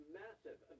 massive